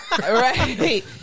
Right